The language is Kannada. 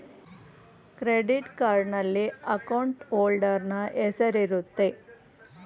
ಕ್ರೆಡಿಟ್ ಕಾರ್ಡ್ನಲ್ಲಿ ಅಕೌಂಟ್ ಹೋಲ್ಡರ್ ನ ಹೆಸರಿರುತ್ತೆ